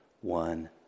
one